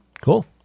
Cool